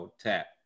tap